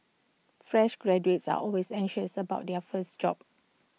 fresh graduates are always anxious about their first job